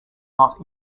not